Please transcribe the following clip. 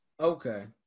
Okay